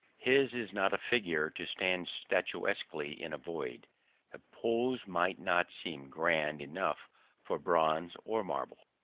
his is not a figure to stand statuesquely in a void the pose might not seem grand enough for bronze or marble.